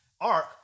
arc